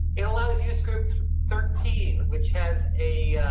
it allows use scripts for thirteen, which has a,